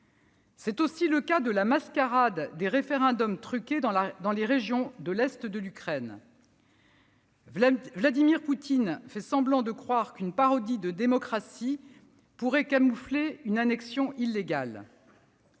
C'est aussi le cas de la mascarade des référendums truqués dans les régions de l'est de l'Ukraine. Vladimir Poutine fait semblant de croire qu'une parodie de démocratie pourrait camoufler une annexion illégale.